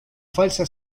falsa